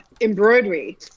embroidery